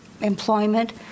employment